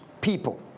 people